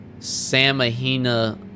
Samahina